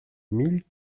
mille